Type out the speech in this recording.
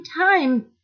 time